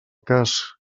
cas